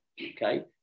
Okay